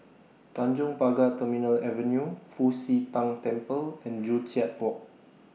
Tanjong Pagar Terminal Avenue Fu Xi Tang Temple and Joo Chiat Walk